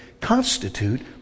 constitute